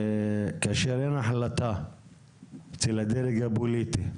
כאשר אין החלטה אצל הדרג הפוליטי,